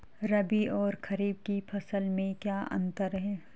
रबी और खरीफ की फसल में क्या अंतर है?